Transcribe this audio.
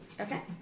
Okay